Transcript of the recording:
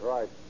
Right